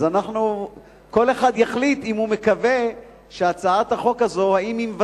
אז כל אחד יחליט אם הוא מקווה שהצעת החוק הזאת מבשרת,